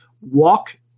walk